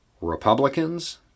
Republicans